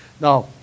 Now